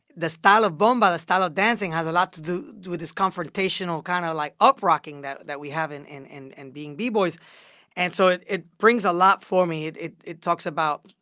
the style of bomba, the style of dancing has a lot to do with this confrontational kind of like uprocking that that we have in in and being b-boys and so it it brings a lot for me. it it talks about,